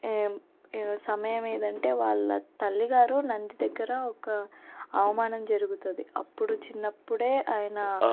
ఏం ఏ సమయం ఏంటంటే వాళ్ళ తల్లిగారు నంది దగ్గర ఒక అవమానం జరుగుతుంది అప్పుడు చిన్నప్పుడే ఆయన